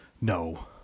no